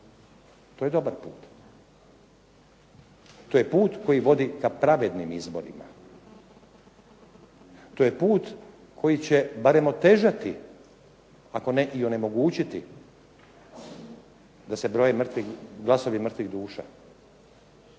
To je dobar put. To je put koji vodi ka pravednim izborima. To je put koji će barem otežati, ako ne i onemogućiti da se broje glasovi mrtvih duša.